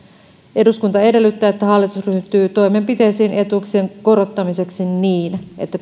eduskunta edellyttää että hallitus ryhtyy toimenpiteisiin etuuksien korottamiseksi niin että